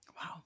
Wow